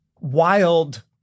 wild